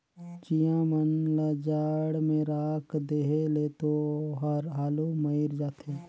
चिंया मन ल जाड़ में राख देहे ले तो ओहर हालु मइर जाथे